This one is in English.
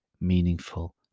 meaningful